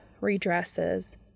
redresses